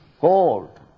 cold